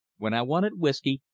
when i wanted whisky,